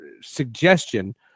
suggestion